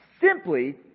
simply